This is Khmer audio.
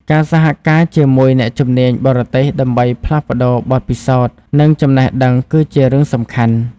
ការសហការជាមួយអ្នកជំនាញបរទេសដើម្បីផ្លាស់ប្តូរបទពិសោធន៍និងចំណេះដឹងគឺជារឿងសំខាន់។